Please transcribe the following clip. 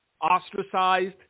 ostracized